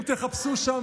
אם תחפשו שם,